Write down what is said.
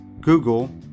Google